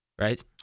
Right